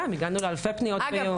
גם הגענו לאלפי פניות ביום ומיד זה ירד.